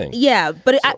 yeah. but i.